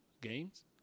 games